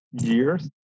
years